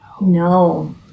No